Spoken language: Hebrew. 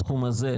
בתחום הזה,